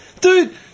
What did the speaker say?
dude